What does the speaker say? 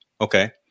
Okay